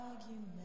argument